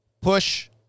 push